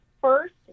first